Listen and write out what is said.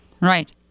Right